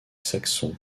saxons